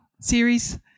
series